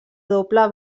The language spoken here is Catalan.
doble